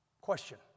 Question